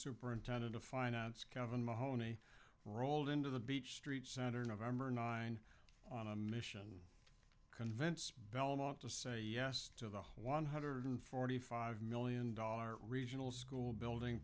superintendent of finance kevin mahoney rolled into the beach street center november nine on a mission to convince belmont to say yes to the one hundred forty five million dollars regional school building